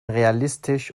realistisch